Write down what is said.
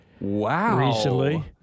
Wow